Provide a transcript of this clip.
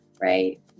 right